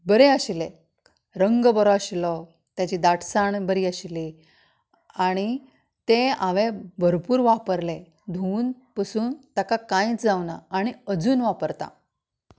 बरें आशिल्लें रंग बरो आशिल्लो ताची दाटसाण बरी आशिल्ली आनी तें हांवें भरपूर वापरलें धुवून पुसून कांयच जावना आनी अजुनूय वापरता